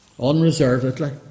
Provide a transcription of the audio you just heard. unreservedly